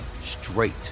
straight